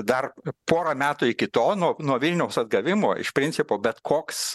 dar porą metų iki to nuo nuo vilniaus atgavimo iš principo bet koks